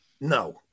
no